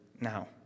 now